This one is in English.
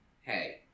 Hey